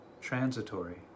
transitory